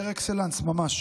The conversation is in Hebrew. פר אקסלנס, ממש.